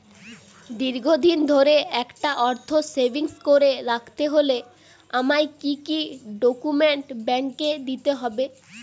দীর্ঘদিন ধরে একটা অর্থ সেভিংস করে রাখতে হলে আমায় কি কি ডক্যুমেন্ট ব্যাংকে দিতে হবে?